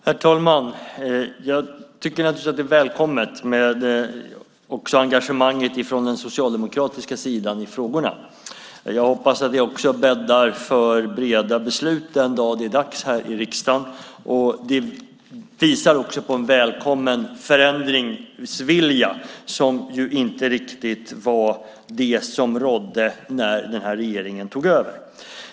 Herr talman! Jag tycker naturligtvis att det är välkommet med engagemanget från den socialdemokratiska sidan i frågorna. Jag hoppas att det också bäddar för breda beslut den dag det är dags här i riksdagen. Det visar också på en välkommen förändringsvilja. Det var ju inte riktigt det som rådde när den här regeringen tog över.